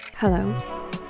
Hello